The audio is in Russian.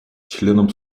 членом